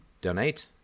donate